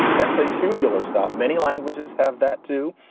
that's a huge gular stop. many languages have that, too.